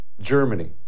Germany